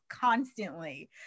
constantly